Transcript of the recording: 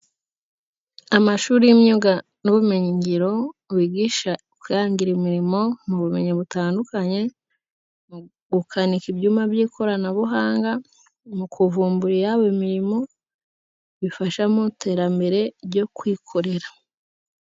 Amashuri y'imyuga n'ubumenyingiro bigisha kwihangira imirimo mu bumenyi butandukanye, mu gukanika ibyuma by'ikoranabuhanga, mu kuvumbura iyabo imirimo bifasha mu iterambere ryo kwikorera.